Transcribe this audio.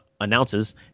announces